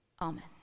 Amen